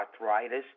arthritis